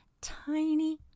tiny